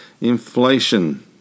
inflation